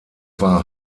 war